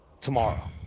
tomorrow